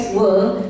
world